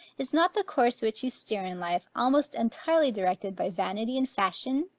is not the course which you steer in life, almost entirely directed by vanity and fashion?